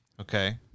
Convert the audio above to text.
Okay